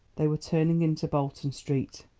they were turning into bolton street.